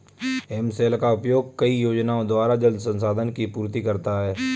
हिमशैल का उपयोग कई योजनाओं द्वारा जल संसाधन की पूर्ति करता है